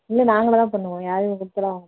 இல்லை நாங்களாக தான் பண்ணுவோம் யாரும் ஹெல்ப் எல்லாம்